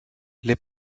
les